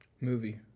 Movie